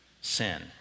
sin